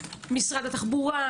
משרד התחבורה,